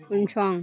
उनसं